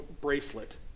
bracelet